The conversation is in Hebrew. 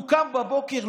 הוא קם בבוקר,